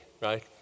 right